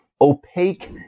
opaque